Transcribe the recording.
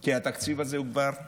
כי התקציב הזה הוא כבר גמור.